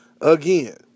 Again